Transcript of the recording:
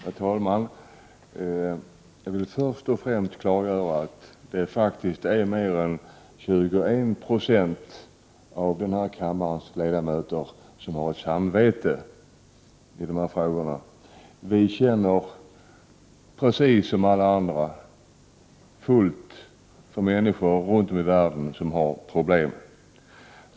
Herr talman! Jag vill först och främst klargöra att det faktiskt är mer än 21 70 av kammarens ledamöter som har ett samvete när det gäller dessa frågor. Precis som alla andra känner vi helt och fullt för de människor runt om i världen som har problem.